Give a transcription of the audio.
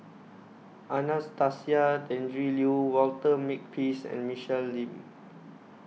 Anastasia Tjendri Liew Walter Makepeace and Michelle Lim